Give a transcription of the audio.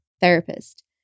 therapist